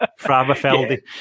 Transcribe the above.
Fravafeldi